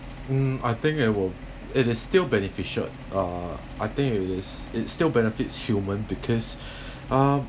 um I think it will it is still beneficial uh I think it is it still benefits human because ah